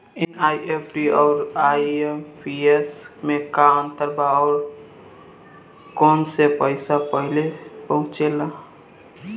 NEFT आउर IMPS मे का अंतर बा और आउर कौना से पैसा पहिले पहुंचेला?